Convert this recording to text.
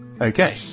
Okay